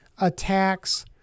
attacks